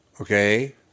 Okay